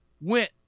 went